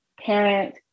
parent